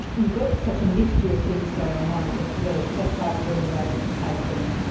you've got such a mixture of things going on with the peptides when you're able to take them,